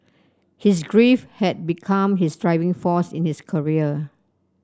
his grief had become his driving force in his career